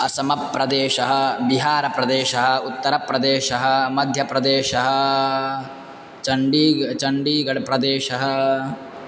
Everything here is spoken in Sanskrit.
असमप्रदेशः बिहारप्रदेशः उत्तरप्रदेशः मध्यप्रदेशः चण्डी चण्डीगढ्प्रदेशः